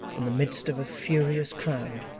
in the midst of a furious crowd,